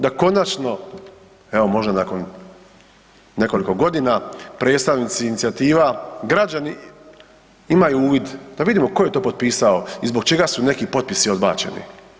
Da konačno evo možda nakon nekoliko godina, predstavnici inicijativa, građani imaju uvid, da vidimo tko je to potpisao i zbog čega su neki potpisi odbačeni.